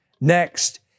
Next